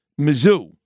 Mizzou